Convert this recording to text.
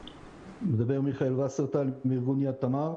מדבר מיכאל וסרטייל, מארגון "יד תמר".